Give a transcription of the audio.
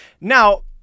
now